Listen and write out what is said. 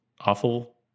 awful